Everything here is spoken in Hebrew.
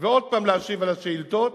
ועוד פעם להשיב על שאילתות